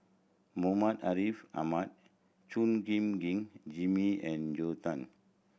Muhammad Ariff Ahmad Chua Gim Guan Jimmy and Joel Tan